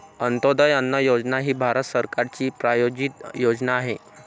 अंत्योदय अन्न योजना ही भारत सरकारची प्रायोजित योजना आहे